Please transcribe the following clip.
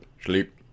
sleep